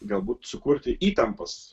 galbūt sukurti įtampas